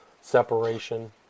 Separation